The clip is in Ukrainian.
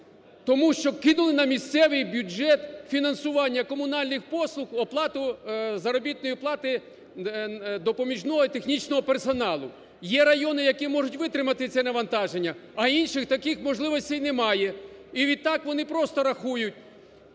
тому що кинули на місцевий бюджет фінансування комунальних послуг, оплату заробітної плати допоміжного і технічного персоналу. Є райони, які можуть витримати це навантаження, а в інших таких можливостей немає. І відтак, вони просто рахують,